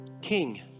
King